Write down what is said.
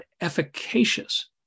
efficacious